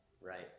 right